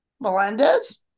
Melendez